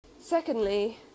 Secondly